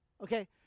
okay